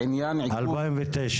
בשנת 1998